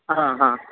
हा हा